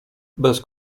bez